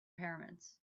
pyramids